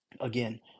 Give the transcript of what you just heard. again